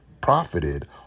profited